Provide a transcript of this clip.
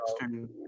western